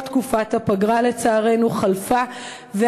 כל תקופת הפגרה לצערנו חלפה,